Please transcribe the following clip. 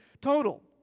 total